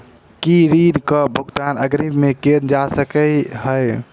की ऋण कऽ भुगतान अग्रिम मे कैल जा सकै हय?